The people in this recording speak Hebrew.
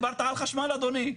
דיברת על חשמל אדוני,